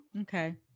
Okay